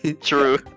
True